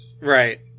Right